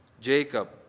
Jacob